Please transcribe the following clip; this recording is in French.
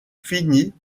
finit